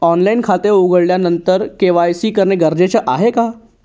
Online खाते उघडल्यानंतर KYC करणे गरजेचे आहे का?